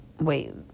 wait